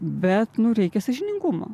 bet nu reikia sąžiningumo